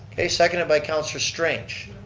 a seconded by councillor strange.